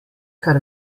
kar